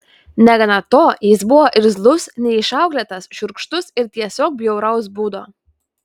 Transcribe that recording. negana to jis buvo irzlus neišauklėtas šiurkštus ir tiesiog bjauraus būdo